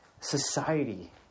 society